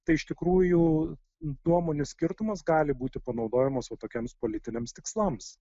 tai iš tikrųjų nuomonių skirtumas gali būti panaudojamas vat tokiems politiniams tikslams